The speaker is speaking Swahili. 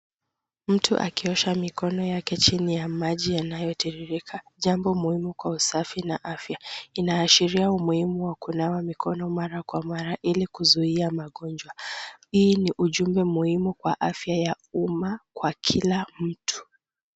Mtu akiosha mikono yake chini ya maji yanayotiririka jambo muhimu kwa usafi na afya. Inaashiria umuhimu wa kunawa mikono mara kwa mara ili kuzuia magonjwa. Hii ni ujumbe muhimu kwa afya ya uma kwa kila mtu.